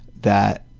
that